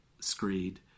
screed